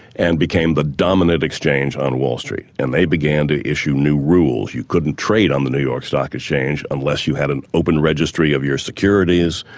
and became the dominant exchange on wall street. and they began to issue new rules. you couldn't trade on the new york stock exchange unless you had an open registry of your securities,